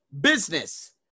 Business